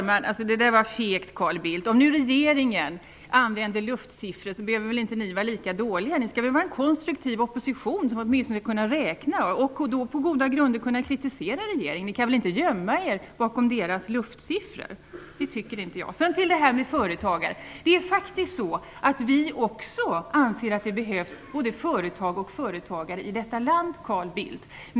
Fru talman! Det där var fegt, Carl Bildt! Om nu regeringen använder sig av luftsiffror, behöver väl inte Moderaterna vara lika dåliga. Ni skall väl utgöra en konstruktiv opposition, som åtminstone kan räkna för att på goda grunder kunna kritisera regeringen. Ni kan väl inte gömma er bakom regeringens luftsiffror. Vad gäller företagare anser vi i Vänsterpartiet också att det faktiskt behövs både företagare och företagande i Sverige.